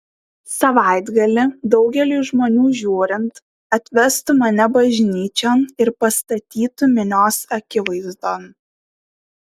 savaitgalį daugeliui žmonių žiūrint atvestų mane bažnyčion ir pastatytų minios akivaizdon